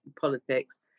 politics